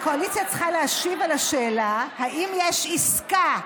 הקואליציה צריכה להשיב על השאלה: האם יש עסקה כלשהי,